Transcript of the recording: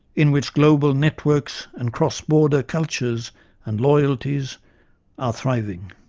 in which global networks and cross-border cultures and loyalties are thriving.